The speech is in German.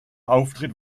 auftritt